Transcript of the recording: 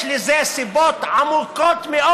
יש לזה סיבות עמוקות מאוד.